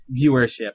viewership